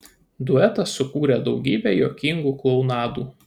duetas sukūrė daugybę juokingų klounadų